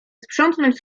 sprzątnąć